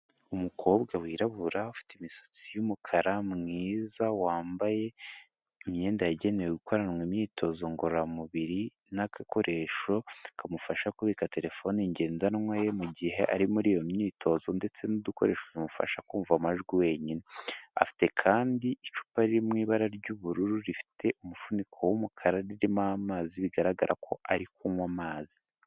Umukobwa wirabura ufite imisatsi y'umukara mwiza, wambaye imyenda yagenewe gukoranwa imyitozo ngororamubiri n'agakoresho, kamufasha kubika terefone ngendanwa ye, mu gihe ari muri iyo myitozo ndetse n'udukoresho bimufasha kumva amajwi wenyine, afite kandi icupa riri mu ibara ry'ubururu, rifite umufuniko w'umukara ririmo amazi bigaragara ko ari kunywa amazi.